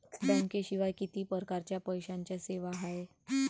बँकेशिवाय किती परकारच्या पैशांच्या सेवा हाय?